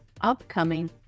upcoming